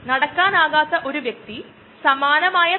എപ്പോഴെല്ലാം ഒരു ഓർഗാനിസത്തിനു വെളിച്ചം ആവശ്യമാണ്